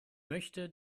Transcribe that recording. möchte